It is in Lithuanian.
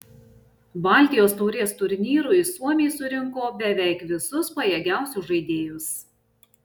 baltijos taurės turnyrui suomiai surinko beveik visus pajėgiausius žaidėjus